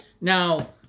Now